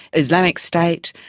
islamic state,